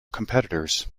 competitors